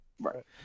Right